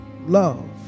Love